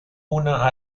una